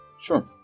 Sure